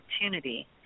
opportunity